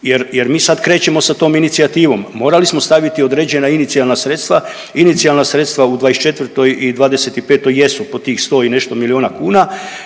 jer mi sad krećemo sa tom inicijativom. Morali smo staviti određena inicijalna sredstva. Inicijalna sredstva u 2024. i 2025. jesu po tih 100 i nešto milijuna kuna.